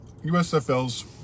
USFL's